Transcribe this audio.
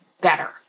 better